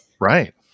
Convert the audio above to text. Right